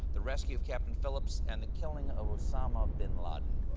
the rescue of captain phillips, and the killing of osama bin laden.